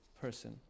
person